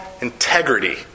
integrity